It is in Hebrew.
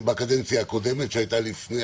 בקדנציה הקודמת, שהייתה לפני